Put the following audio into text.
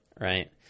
right